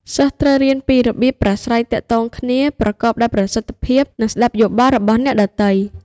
សិស្សត្រូវរៀនពីរបៀបប្រាស្រ័យទាក់ទងគ្នាប្រកបដោយប្រសិទ្ធភាពនិងស្តាប់យោបល់របស់អ្នកដទៃ។